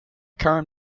current